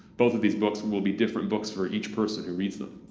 both of these books will be different books for each person who reads them,